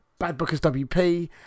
BadBookersWP